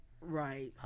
Right